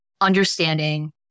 understanding